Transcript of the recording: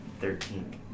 Thirteen